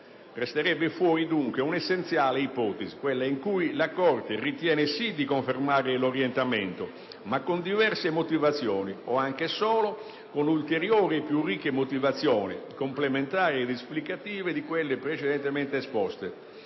resterebbe fuori dunque un'ipotesi essenziale, quella secondo cui la Corte ritiene sì di confermare l'orientamento, ma con diverse motivazioni o anche solo con ulteriori e più ricche motivazioni, complementari ed esplicative di quelle precedentemente esposte,